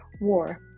war